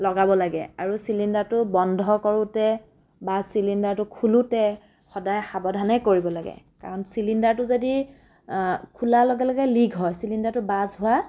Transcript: লগাব লাগে আৰু চিলিণ্ডাৰটো বন্ধ কৰোঁতে বা চিলিণ্ডাৰটো খোলোতে সদায় সাৱধানে কৰিব লাগে কাৰণ চিলিণ্ডাৰটো যদি খোলাৰ লগে লগে লিক্ হয় চিলিণ্ডাৰটো বাৰ্চ হোৱা